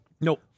nope